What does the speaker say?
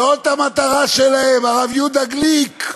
זאת המטרה שלהם, הרב יהודה גליק,